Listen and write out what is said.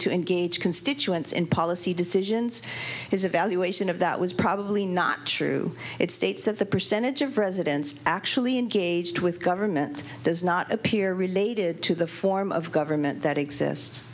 to engage constituents in policy decisions his evaluation of that was probably not true it states that the percentage of residents actually engaged with government does not appear related to the form of government that exists